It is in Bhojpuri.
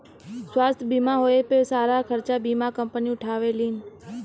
स्वास्थ्य बीमा होए पे सारा खरचा बीमा कम्पनी उठावेलीन